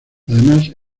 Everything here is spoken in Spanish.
además